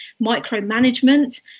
micromanagement